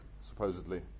supposedly